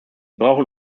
brauchen